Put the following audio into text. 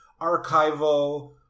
archival